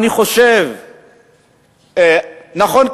נכון,